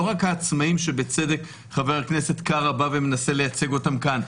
לא רק העצמאים שבצדק חבר הכנסת קרא בא ומנסה לייצג אותם כאן,